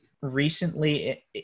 recently